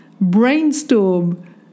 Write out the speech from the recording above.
Brainstorm